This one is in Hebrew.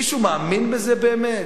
מישהו מאמין בזה באמת?